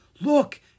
Look